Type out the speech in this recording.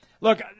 Look